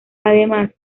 además